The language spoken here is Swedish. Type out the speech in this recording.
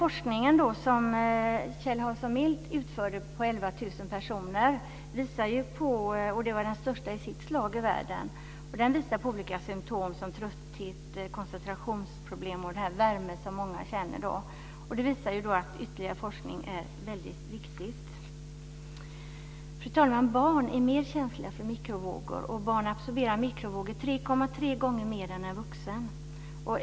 Den forskning som Kjell Hansson-Mild utförde på 11 000 personer, och det var den största i sitt slag i världen, visade på symtom som trötthet, koncentrationsproblem och den värme som många känner. Det visar att det är väldigt viktigt med ytterligare forskning. Fru talman! Barn är mer känsliga för mikrovågor. Barn absorberar mikrovågor 3,3 gånger mer än en vuxen.